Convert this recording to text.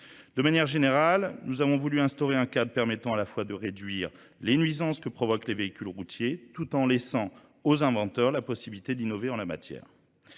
De manière générale, nous avons voulu instaurer un cadre permettant à la fois de réduire les nuisances que provoquent les véhicules routiers tout en laissant aux inventeurs la possibilité d'innover en la matière.